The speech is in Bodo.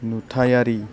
नुथायारि